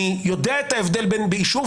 אני יודע את ההבדל בין באישור,